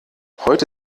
heute